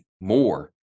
more